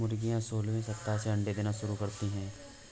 मुर्गियां सोलहवें सप्ताह से अंडे देना शुरू करती है